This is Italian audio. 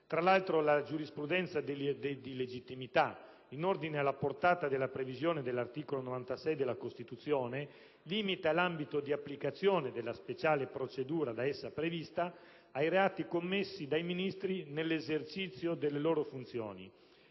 Tra l'altro, la giurisprudenza di legittimità in ordine alla portata della previsione dell'articolo 96 della Costituzione limita l'ambito di applicazione della speciale procedura da essa prevista ai reati commessi dai Ministri nell'esercizio delle loro funzioni.